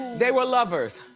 they were lovers.